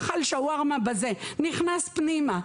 אכל שווארמה ונכנס פנימה.